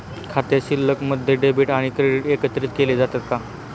खाते शिल्लकमध्ये डेबिट आणि क्रेडिट एकत्रित केले जातात का?